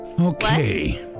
Okay